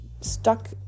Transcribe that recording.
stuck